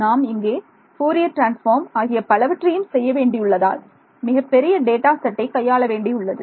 நாம் இங்கே Fourier transform ஆகிய பலவற்றையும் செய்ய வேண்டியுள்ளதால் மிகப்பெரிய டேட்டா செட்டை கையாள வேண்டியுள்ளது